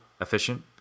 efficient